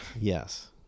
Yes